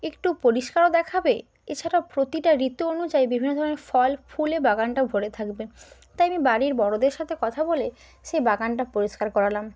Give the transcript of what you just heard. একটু পরিষ্কারও দেখাবে এছাড়াও প্রতিটা ঋতু অনুযায়ী বিভিন্ন ধরনের ফল ফুলে বাগানটাও ভরে থাকবে তাই আমি বাড়ির বড়দের সাথে কথা বলে সে বাগানটা পরিষ্কার করালাম